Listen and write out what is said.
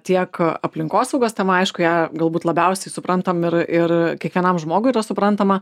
tiek aplinkosaugos tema aišku ją galbūt labiausiai suprantam ir ir kiekvienam žmogui yra suprantama